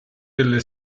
delle